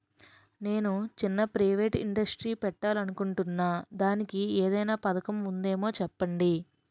నేను చిన్న private industry పెట్టాలి అనుకుంటున్నా దానికి ఏదైనా పథకం ఉందేమో చెప్పండి?